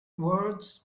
words